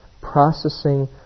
processing